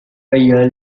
year